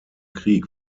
krieg